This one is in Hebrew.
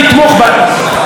באיוולת הזאת,